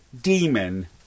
Demon